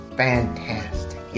fantastic